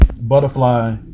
butterfly